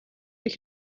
ich